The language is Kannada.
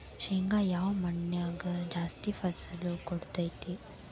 ಶೇಂಗಾ ಯಾವ ಮಣ್ಣಾಗ ಜಾಸ್ತಿ ಫಸಲು ಕೊಡುತೈತಿ?